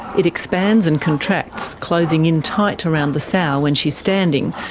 it expands and contracts, closing in tight around the sow when she's standing,